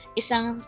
isang